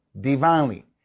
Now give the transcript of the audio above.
divinely